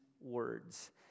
words